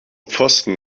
pfosten